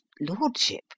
lordship